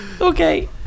okay